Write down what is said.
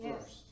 first